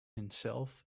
himself